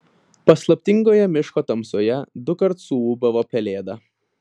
paslaptingoje miško tamsoje dukart suūbavo pelėda